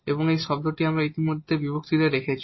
এবং এই শব্দটি আমরা ইতিমধ্যে বিভক্তিতে রেখেছি